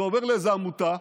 זה עובר לאיזו עמותה,